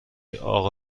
اقا